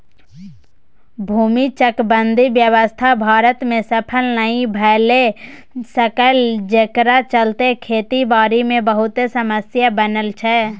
भूमि चकबंदी व्यवस्था भारत में सफल नइ भए सकलै जकरा चलते खेती बारी मे बहुते समस्या बनल छै